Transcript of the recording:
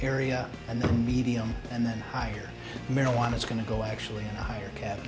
area and the medium and then higher marijuana is going to go actually higher ca